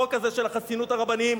החוק הזה, של חסינות הרבנים,